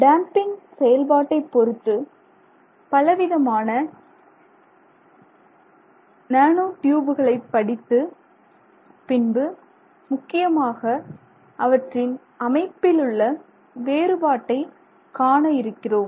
damping செயல்பாட்டைப் பொறுத்து பல விதமான நேனோ டியூப்களை படித்து பின்பு முக்கியமாக அவற்றின் அமைப்பிலுள்ள வேறுபாட்டை காண இருக்கிறோம்